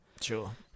Sure